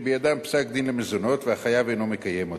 שבידם פסק-דין למזונות והחייב אינו מקיים אותו.